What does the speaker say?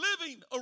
living